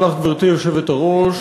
גברתי היושבת-ראש,